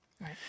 right